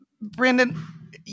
Brandon